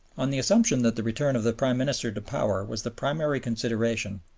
on the assumption that the return of the prime minister to power was the primary consideration,